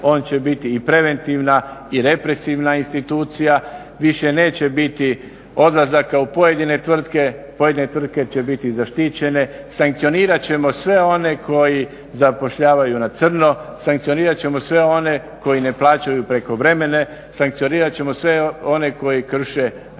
on će biti i preventivna i represivna institucija. Više neće biti odlazaka u pojedine tvrtke, pojedine tvrtke će biti zaštićene, sankcionirat ćemo sve one koji zapošljavaju na crno, sankcionirat ćemo sve one koji ne plaćaju prekovremene, sankcionirat ćemo sve one koji krše radno